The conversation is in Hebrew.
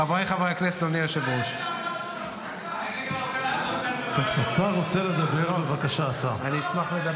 תראו, אני רוצה, ברשותכם, להגיב